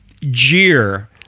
Jeer